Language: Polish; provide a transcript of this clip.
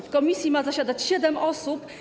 W komisji ma zasiadać siedem osób.